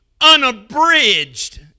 unabridged